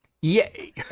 yay